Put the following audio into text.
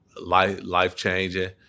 life-changing